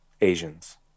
Asians